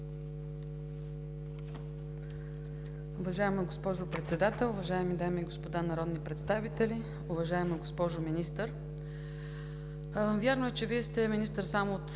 Уважаема госпожо Председател, уважаеми дами и господа народни представители! Уважаема госпожо Министър, вярно е, че Вие сте министър само от